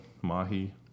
mahi